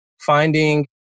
finding